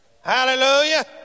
Hallelujah